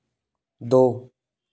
दो